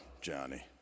Johnny